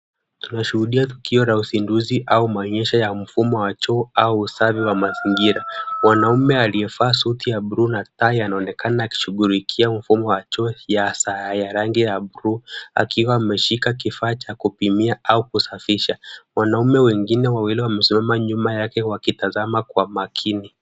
Tunashuhudia tukio la uzinduzi au maonyesho ya mfumo wa choo au usafi wa mazingira, mwanamume aliyevaa suti ya bluu na tai anaonekana akishughulikia mfumo wa choo ya rangi ya bluu, akiwa ameshika kifaa cha kupimia au kusafisha, wanaume wengine wawili wamesimama nyuma yake wakitazama kwa makini.